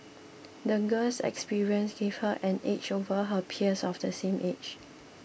the girl's experiences gave her an edge over her peers of the same age